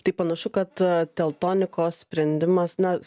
tai panašu kad teltonikos sprendimas na